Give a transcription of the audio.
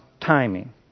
timing